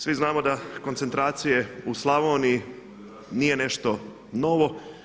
Svi znamo da koncentracije u Slavoniji nije nešto novo.